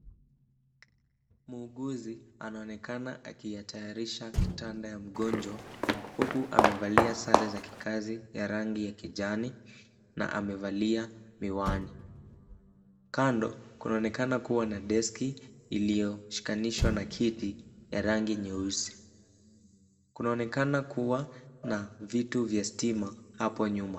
Muuguzi anaonekana akiyatayarisha kitanda ya mgonjwa huku amevalia sare za kikazi ya rangi ya kijani na amevalia miwani. Kando kunaonekana kuwa na deski iliyoshikanishwa na kiti ya rangi nyeusi. Kunaonekana kuwa na vitu vya stima hapo nyuma.